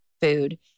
food